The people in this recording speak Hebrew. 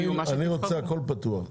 אני רוצה הכול פתוח.